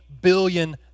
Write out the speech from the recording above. billion